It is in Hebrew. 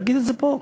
להגיד את זה פה,